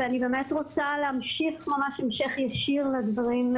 אני באמת רוצה להמשיך המשך ישיר את הדברים